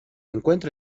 encuentra